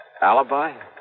alibi